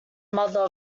mother